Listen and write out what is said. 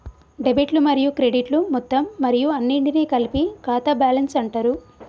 డెబిట్లు మరియు క్రెడిట్లు మొత్తం మరియు అన్నింటినీ కలిపి ఖాతా బ్యాలెన్స్ అంటరు